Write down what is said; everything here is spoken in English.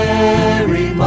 Mary